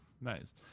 Nice